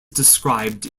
described